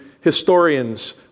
historians